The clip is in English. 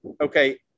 okay